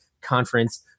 conference